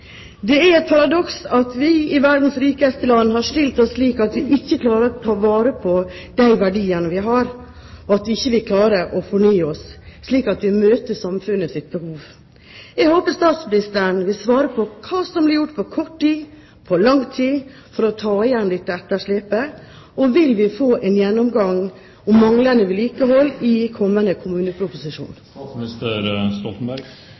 Det er et paradoks at vi i verdens rikeste land har stilt oss slik at vi ikke klarer å ta vare på de verdiene vi har, og at vi ikke klarer å fornye oss slik at vi møter samfunnets behov. Jeg håper statsministeren vil svare på hva som blir gjort i løpet av kort tid og lang tid for å ta igjen dette etterslepet. Og vil vi få en gjennomgang av manglende vedlikehold i kommende